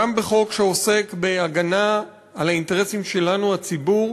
גם בחוק שעוסק בהגנה על האינטרסים שלנו, הציבור,